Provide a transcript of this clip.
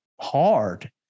hard